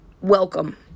Welcome